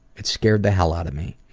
it scared the hell out of me.